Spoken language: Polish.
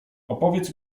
opowiedz